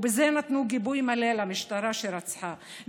ובזה נתנו גיבוי מלא למשטרה שרצחה.